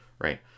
right